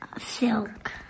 silk